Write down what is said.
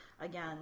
again